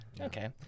okay